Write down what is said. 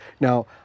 Now